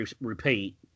repeat